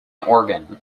organ